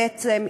בעצם,